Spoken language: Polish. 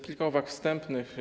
Kilka uwag wstępnych.